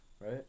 right